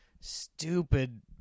stupid